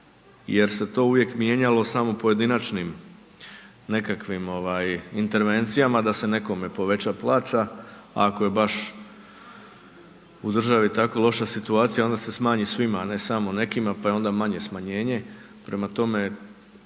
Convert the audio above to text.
jer se to uvijek mijenjalo samo pojedinačnim nekakvim intervencijama da se nekome poveća plaća. Ako je baš u državi tako loša situacija onda se manji svima, a ne samo nekima, pa je onda manje smanjenje, prema tome